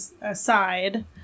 aside